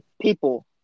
people